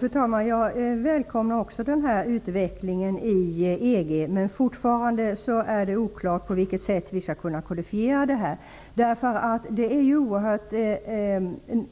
Fru talman! Jag välkomnar också den här utvecklingen i EG, men det är fortfarande oklart på vilket sätt vi skall kunna kodifiera offentlighetsprincipen. Det är oerhört